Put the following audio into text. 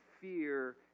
fear